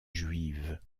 juive